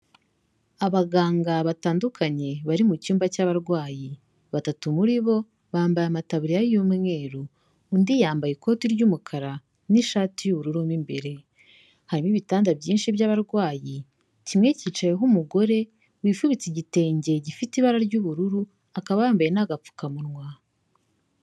Abaganga batandukanye bari mu cyumba cy'abarwayi, batatu muri bo bambaye amataburiya y'umweru, undi yambaye ikoti ry'umukara n'ishati y'ubururu mo imbere, harimo ibitanda byinshi by'abarwayi, kimwe cyicayeho umugore wifubitse igitenge gifite ibara ry'ubururu, akaba yambaye n'agapfukamunwa.